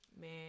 Man